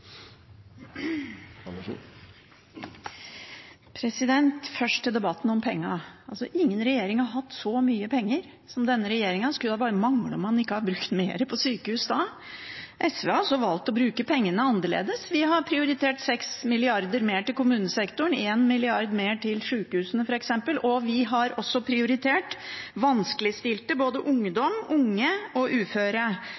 utnytte. Først til debatten om pengene: Ingen regjering har hatt så mye penger som denne regjeringen, så det skulle bare mangle om man ikke har brukt mer på sykehus. SV har valgt å bruke pengene annerledes. Vi har f.eks. prioritert 6 mrd. kr mer til kommunesektoren og 1 mrd. kr mer til sykehusene, og vi har også prioritert vanskeligstilte, både